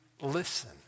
listen